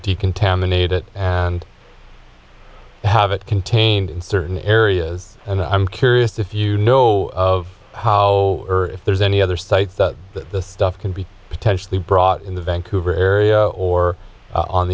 decontaminate it and i have it contained in certain areas and i'm curious if you know of how or if there's any other site that the stuff can be potentially brought in the vancouver area or